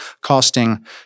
costing